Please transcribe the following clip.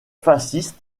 fascistes